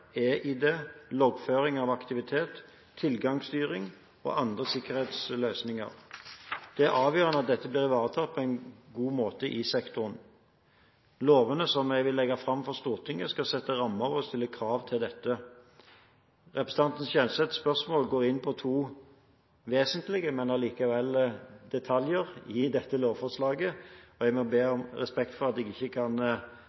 av aktivitet, tilgangsstyring og andre sikkerhetsløsninger. Det er avgjørende at dette blir ivaretatt på en god måte i sektoren. Lovene som jeg vil legge fram for Stortinget, skal sette rammer og stille krav til dette. Representanten Kjenseths spørsmål går inn på to vesentlige detaljer, men som likevel er detaljer i dette lovforslaget, og jeg må be